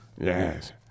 yes